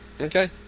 Okay